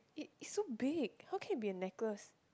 it it's so big how can it be a necklace